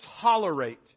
tolerate